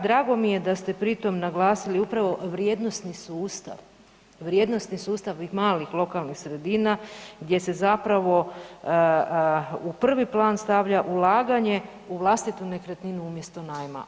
Drago mi je da ste pritom naglasili upravo vrijednosni sustav, vrijednosni sustav malih lokalnih sredina gdje se zapravo u prvi plan stavlja ulaganje u vlastitu nekretninu umjesto najma.